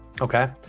okay